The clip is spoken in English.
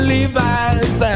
Levi's